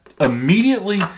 immediately